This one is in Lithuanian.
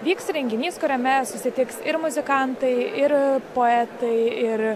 vyks renginys kuriame susitiks ir muzikantai ir poetai ir